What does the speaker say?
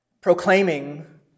proclaiming